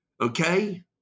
Okay